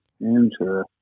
Interesting